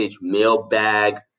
mailbag